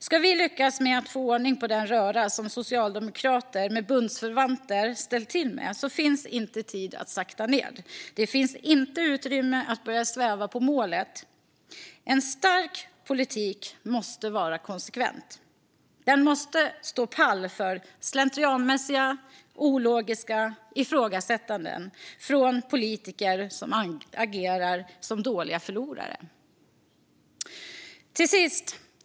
Ska vi lyckas med att få ordning på den röra som socialdemokrater med bundsförvanter ställt till med finns det inte tid att sakta ned. Det finns inte utrymme att börja sväva på målet. En stark politik måste vara konsekvent. Den måste stå pall för slentrianmässiga och ologiska ifrågasättanden från politiker som agerar som dåliga förlorare. Herr talman!